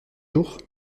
jours